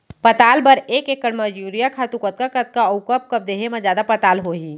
पताल बर एक एकड़ म यूरिया खातू कतका कतका अऊ कब कब देहे म जादा पताल होही?